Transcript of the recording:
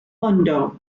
mundo